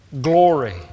glory